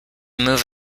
move